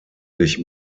sich